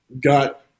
got